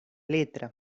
letra